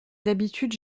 d’habitude